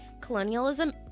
colonialism